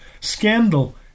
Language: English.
Scandal